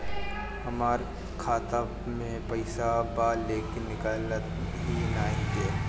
हमार खाता मे पईसा बा लेकिन निकालते ही नईखे?